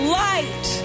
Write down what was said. light